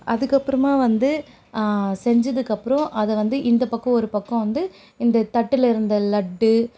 அதுக்கப்புறமா வந்து செஞ்சதுக்கப்புறம் அதை வந்து இந்த பக்கம் ஒரு பக்கம் வந்து இந்த தட்டில் இருந்த லட்டு